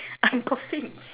I'm coughing